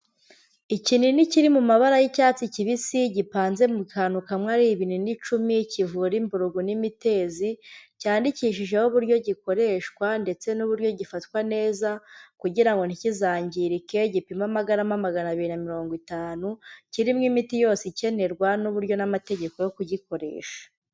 Ikinini kiri mu mabara y'icyatsi kibisi gipanze mu kantu kamwe ari ibinini icumi kivura mburugu n'imitezi, cyandikishijeho uburyo gikoreshwa ndetse n'uburyo gifatwa neza kugira ngo ntikizangirike, gipima amagarama magana abiri na mirongo itanu, kirimo imiti yose ikenerwa n'uburyo n'amategeko yo kugikoresha.